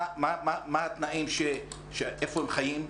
מהם התנאים - איפה הם חיים?